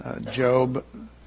Job